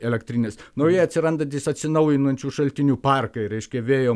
elektrinės naujai atsirandantys atsinaujinančių šaltinių parkai reiškia vėjo